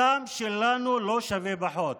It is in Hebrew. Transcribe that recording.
הדם שלנו לא שווה פחות.